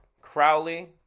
Crowley